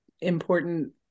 important